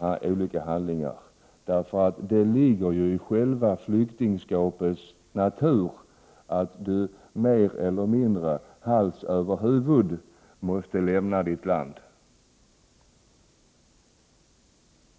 andra handlingar, därför att det ligger i själva flyktingskapets natur att man mer eller mindre hals över huvud måste lämna sitt land.